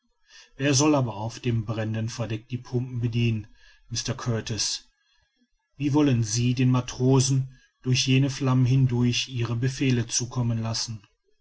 wer soll aber auf dem brennenden verdeck die pumpen bedienen mr kurtis wie wollen sie den matrosen durch jene flammen hindurch ihre befehle zukommen lassen